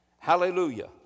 Hallelujah